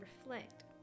reflect